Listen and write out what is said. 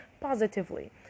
positively